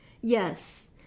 yes